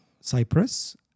Cyprus